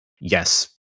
Yes